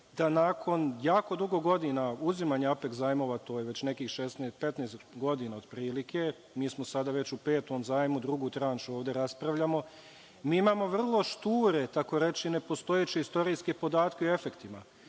da nakon jako dugo godina uzimanja Apeks zajmova, to je već nekih 15 godina otprilike, mi smo sada već u petom zajmu, drugu tranšu ovde raspravljamo, mi imamo vrlo šture, takoreći nepostojeće istorijske podatke o efektima.